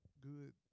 good